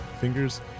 Fingers